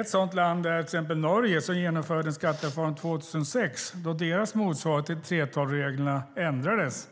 Ett sådant land är Norge som genomförde en skattereform 2006, då deras motsvarighet till 3:12-reglerna ändrades,